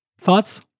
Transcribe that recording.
Thoughts